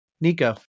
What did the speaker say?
Nico